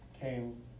came